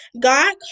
God